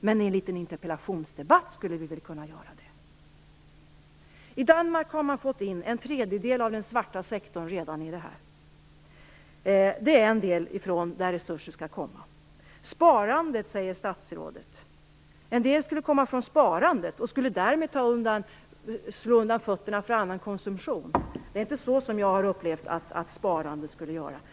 Men i en liten interpellationsdebatt skulle vi väl kunna göra det. I Danmark har man redan fått in en tredjedel av den svarta sektorn i det här. Det är delvis därifrån som resurser skall komma. En del skulle komma från det sparandet, säger statsrådet, och skulle därmed slå undan fötterna för annan konsumtion. Det är inte så jag har upplevt att det skulle gå till.